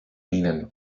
ihnen